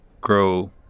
grow